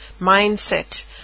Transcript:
mindset